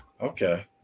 Okay